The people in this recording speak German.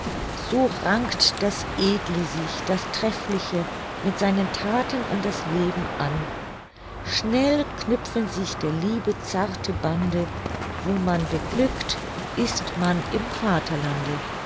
so rankt das edle sich das treffliche mit seinen thaten an das leben an schnell knüpfen sich der liebe zarte bande wo man beglückt ist man im vaterlande